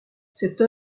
cette